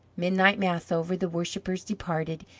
midnight mass over, the worshippers departed,